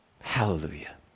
Hallelujah